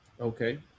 okay